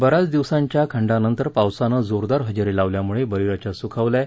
ब याच दिवसाच्या खंडानंतर पावसाने जोरदार हजेरी लावल्यामुळे बळीराजा सुखावला आहे